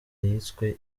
yiswe